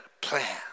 plan